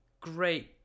great